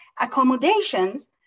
Accommodations